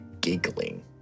giggling